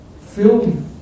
filled